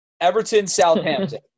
Everton-Southampton